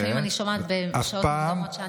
לפעמים אני שומעת בשעות מוקדמות כשאני קמה.